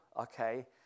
okay